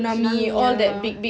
tsunami ya